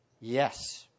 Yes